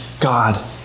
God